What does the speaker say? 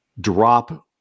drop